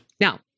Now